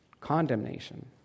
condemnation